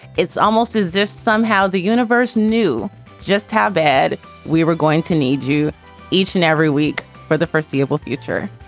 it's almost as if somehow the universe knew just how bad we were going to need you each and every week for the first seeable future.